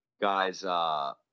guys